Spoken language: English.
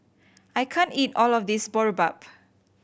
I can't eat all of this Boribap